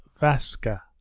Vaska